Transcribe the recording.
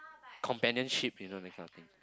companionship you know that kind of thing